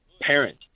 parent